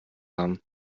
haben